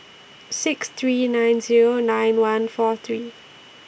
six three nine Zero nine one four three